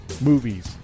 movies